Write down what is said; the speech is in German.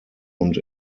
und